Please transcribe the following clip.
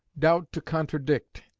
doubt to contradict,